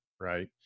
Right